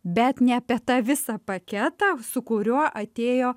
bet ne apie tą visą paketą su kuriuo atėjo